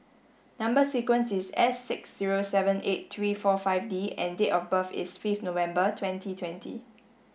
number sequence is S six zero seven eight three four five D and date of birth is fifth November twenty twenty